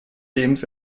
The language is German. lebens